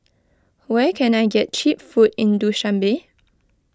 where can I get Cheap Food in Dushanbe